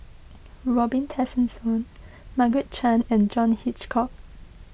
Robin Tessensohn Margaret Chan and John Hitchcock